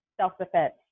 self-defense